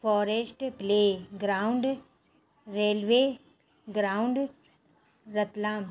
forest playground railway ground Ratlam